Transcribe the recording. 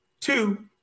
Two